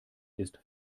ist